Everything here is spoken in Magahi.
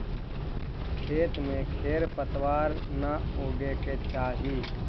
खेत में खेर पतवार न उगे के चाही